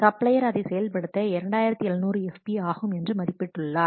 supplier அதை செயல்படுத்த 2700 FP ஆகும் என்று மதிப்பிட்டுள்ளார்